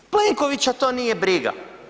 Plenkovića to nije briga.